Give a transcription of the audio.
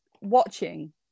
watching